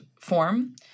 form